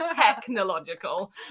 technological